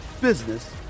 business